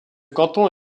canton